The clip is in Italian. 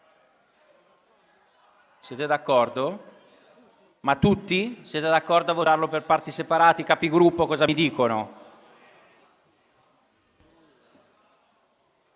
Siete d'accordo? Tutti siete d'accordo a votarlo per parti separate? I Capigruppo cosa mi dicono?